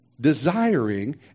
desiring